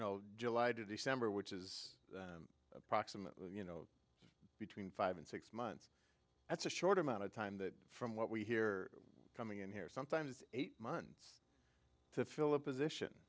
know july to december which is approximately you know between five and six months that's a short amount of time that from what we hear coming in here sometimes eight months to fill a position